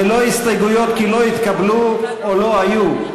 ללא הסתייגויות כי לא התקבלו או לא היו.